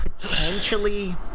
potentially